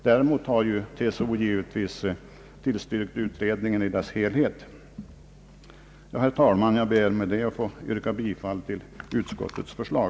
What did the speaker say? Däremot har TCO givetvis tillstyrkt utredningen i dess helhet. Herr talman, jag ber med detta att få yrka bifall till utskottets förslag.